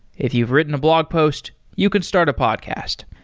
if you've written a blog post, you can start a podcast.